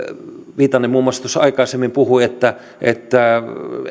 viitanen muun muassa tuossa aikaisemmin puhui että että